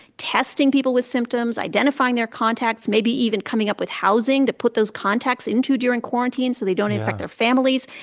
testing people with symptoms, identifying their contacts, maybe even coming up with housing to put those contacts into during quarantine so they don't infect. yeah. their families.